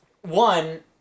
one